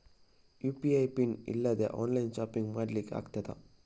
UPI pin ಇಲ್ದೆ online shopping ಮಾಡ್ಲಿಕ್ಕೆ ಆಗ್ತದಾ?